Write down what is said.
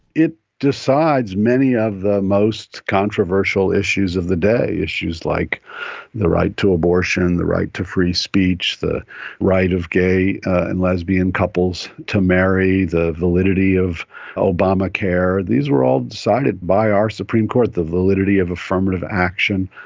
it's decides many of the most controversial issues of the day, issues like the right to abortion, the right to free speech, the right of gay and lesbian couples to marry, the validity of obamacare. these are all decided by our supreme court. the validity of affirmative action.